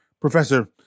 Professor